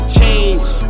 change